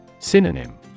Synonym